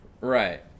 Right